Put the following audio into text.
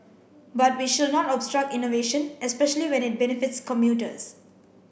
but we should not obstruct innovation especially when it benefits commuters